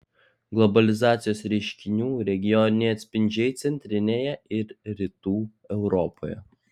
globalizacijos reiškinių regioniniai atspindžiai centrinėje ir rytų europoje